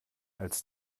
als